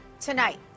Tonight